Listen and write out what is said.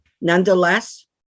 Nonetheless